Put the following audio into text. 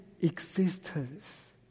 existence